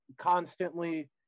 constantly